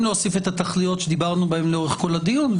להוסיף את התכליות שדיברנו בהן לאורך כל הדיון,